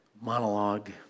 monologue